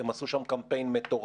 הם עשו שם קמפיין מטורף.